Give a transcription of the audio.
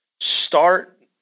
Start